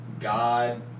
God